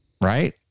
Right